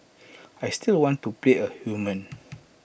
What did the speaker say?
I still want to play A human